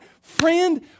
Friend